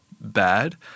bad